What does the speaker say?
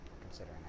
considering